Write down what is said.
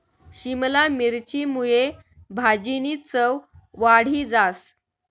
शिमला मिरची मुये भाजीनी चव वाढी जास